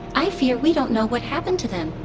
i fear we don't know what happened to them